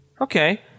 Okay